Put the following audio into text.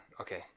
okay